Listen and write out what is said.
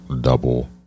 double